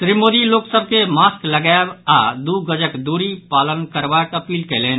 श्री मोदी लोक सभ के मास्क लगायब आओर दू गजक दूरी पालन करबाक अपील कयलनि